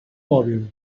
mòbil